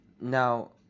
Now